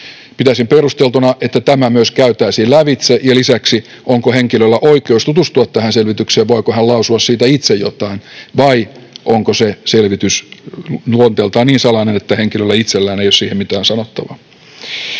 Pitäisin perusteltuna, että tämä myös käytäisiin lävitse ja lisäksi se, onko henkilöllä oikeus tutustua tähän selvitykseen, voiko hän lausua siitä itse jotain vai onko se selvitys luonteeltaan niin salainen, että henkilöllä itsellään ei ole siihen mitään sanottavaa.